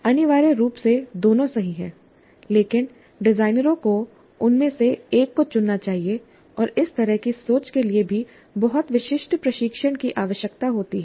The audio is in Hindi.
अनिवार्य रूप से दोनों सही हैं लेकिन डिजाइनरों को उनमें से एक को चुनना चाहिए और इस तरह की सोच के लिए भी बहुत विशिष्ट प्रशिक्षण की आवश्यकता होती है